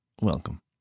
Welcome